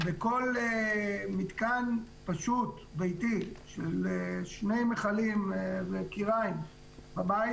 בכל מיתקן פשוט ביתי של שני מיכלים וכיריים בבית